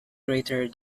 greater